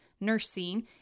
nursing